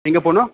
எங்கே போகணும்